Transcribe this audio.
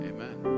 Amen